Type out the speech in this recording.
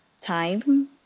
time